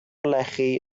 lechi